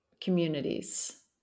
communities